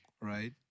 Right